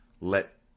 let